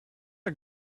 are